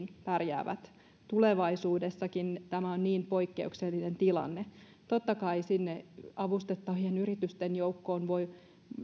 pärjäävät tulevaisuudessakin tämä on niin poikkeuksellinen tilanne totta kai sinne avustettavien yritysten joukkoon voi